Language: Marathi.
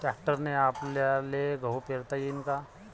ट्रॅक्टरने आपल्याले गहू पेरता येईन का?